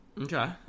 Okay